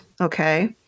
Okay